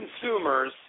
consumers